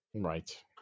Right